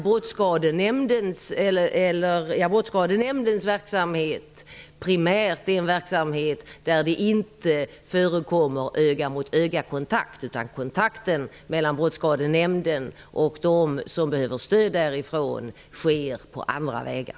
Brottsskadenämndens verksamhet är en verksamhet där det primärt inte förekommer ögamot-öga-kontakt. Kontakten mellan Brottsskadenämnden och dem som behöver stöd därifrån sker på andra vägar.